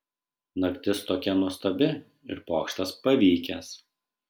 naktis tokia nuostabi ir pokštas pavykęs